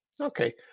Okay